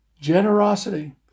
Generosity